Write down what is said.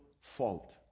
fault